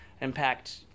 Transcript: impact